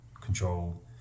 control